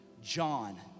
John